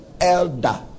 elder